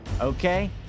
Okay